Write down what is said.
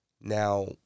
now